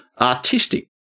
artistic